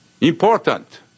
Important